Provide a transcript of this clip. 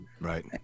right